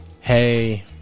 Hey